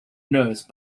nurse